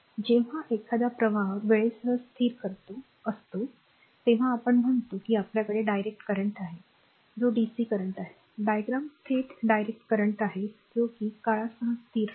जेव्हा एखादा प्रवाह वेळेसह स्थिर असतो तेव्हा आपण म्हणतो की आपल्याकडे डायरेक्ट करंट आहे जो डीसी करंट आहे डायग्राम थेट डायरेक्ट करंट आहे जो की काळासह स्थिर राहतो